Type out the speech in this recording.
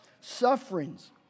sufferings